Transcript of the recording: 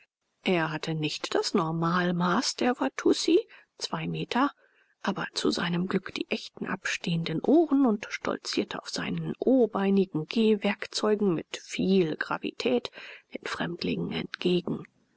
er hatte nicht das normalmaß der watussi zwei meter aber zu seinem glück die echten abstehenden ohren und stolzierte auf seinen obeinigen gehwerkzeugen mit viel gravität den fremdlingen entgegen